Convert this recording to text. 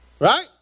right